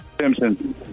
Simpson